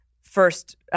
first